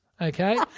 okay